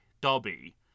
Dobby